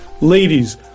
Ladies